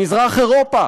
במזרח-אירופה,